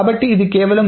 కాబట్టి ఇది కేవలం